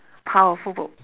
powerful book